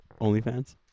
OnlyFans